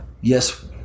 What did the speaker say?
yes